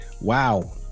Wow